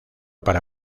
para